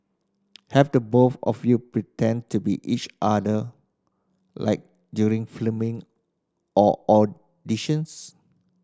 have the both of you pretended to be each other like during filming or auditions